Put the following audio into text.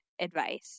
advice